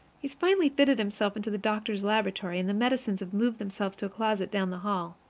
he has finally fitted himself into the doctor's laboratory, and the medicines have moved themselves to a closet down the hall.